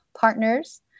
partners